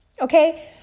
okay